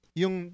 yung